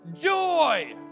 joy